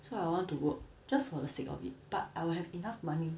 so I want to work just for the sake of it but I will have enough money